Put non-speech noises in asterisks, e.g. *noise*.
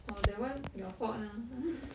orh that [one] your fault lah *laughs*